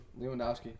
Lewandowski